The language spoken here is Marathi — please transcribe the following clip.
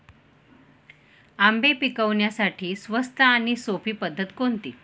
आंबे पिकवण्यासाठी स्वस्त आणि सोपी पद्धत कोणती?